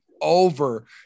over